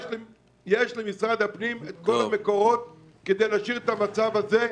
יש למשרד הפנים את כל המקורות כדי להשאיר את המצב כפי שהוא.